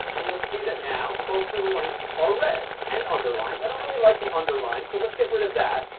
and you'll see that now both of the links are red and underlined. i don't really like the underline, so let's get rid of that.